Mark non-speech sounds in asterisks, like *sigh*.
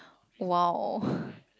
!wow! *breath*